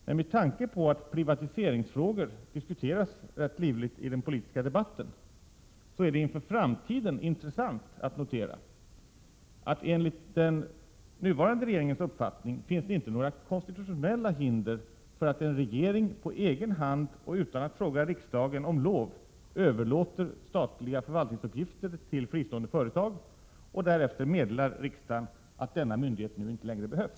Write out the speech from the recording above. Men med tanke på att privatiseringsfrå 30 maj 1988 gor diskuteras rätt livligt i den politiska debatten är det inför framtiden intressant att notera att det enligt den nuvarande regeringens uppfattning inte finns några konstitutionella hinder för att en regering på egen hand och utan att fråga riksdagen om lov överlåter statliga förvaltningsuppgifter till fristående företag och därefter meddelar riksdagen att denna myndighet nu inte längre behövs.